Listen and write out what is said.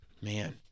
Man